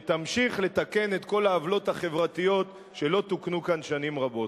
שתמשיך לתקן את כל העוולות החברתיות שלא תוקנו כאן שנים רבות.